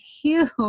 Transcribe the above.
huge